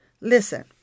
Listen